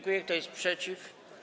Kto jest przeciw?